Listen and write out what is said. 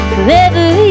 Forever